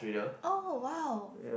oh !wow!